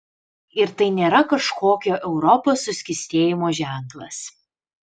ir tai nėra kažkokio europos suskystėjimo ženklas